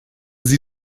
sie